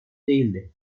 değildi